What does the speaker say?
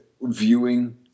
Viewing